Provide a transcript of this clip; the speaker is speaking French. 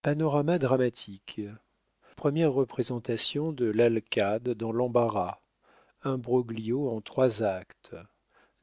panorama dramatique première représentation de l'alcade dans l'embarras imbroglio en trois actes